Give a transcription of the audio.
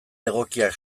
egokiak